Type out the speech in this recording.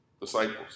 disciples